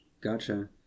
gotcha